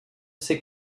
ses